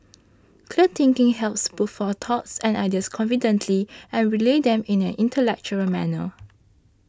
clear thinking helps put forth thoughts and ideas confidently and relay them in an intellectual manner